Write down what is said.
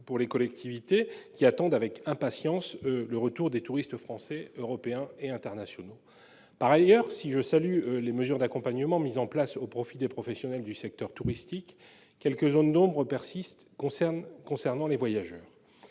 aux collectivités qui attendent avec impatience le retour des touristes français, européens et internationaux. Par ailleurs, si je salue les mesures d'accompagnement mises en place au profit des professionnels du secteur touristique, quelques zones d'ombres persistent pour ce qui concerne les voyageurs.